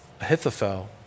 Ahithophel